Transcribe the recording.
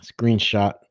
screenshot